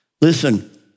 Listen